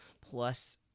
plus